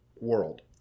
world